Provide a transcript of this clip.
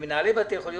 עם מנהלי בתי חולים,